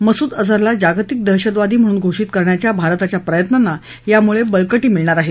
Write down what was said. मसूद अझहरला जागतिक दहशतवादी म्हणून घोषित करण्याच्या भारताच्या प्रयत्नाना यामुळे बळकटी मिळणार आहे